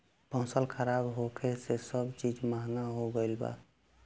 फसल खराब होखे से सब चीज महंगा हो गईल बा